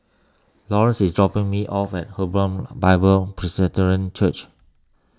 Laurence is dropping me off at Hebron Bible Presbyterian Church